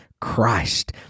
Christ